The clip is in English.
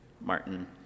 Martin